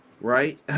Right